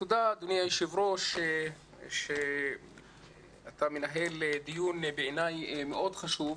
תודה אדוני היושב-ראש שאתה מנהל דיון בעיניי מאוד חשוב,